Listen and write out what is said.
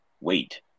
wait